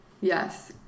Yes